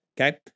okay